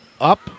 Up